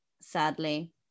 sadly